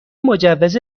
مجوز